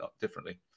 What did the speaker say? differently